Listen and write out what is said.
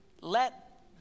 let